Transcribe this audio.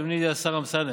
אדוני השר אמסלם,